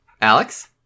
Alex